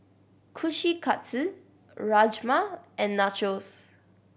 Kushikatsu Rajma and Nachos